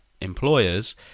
employers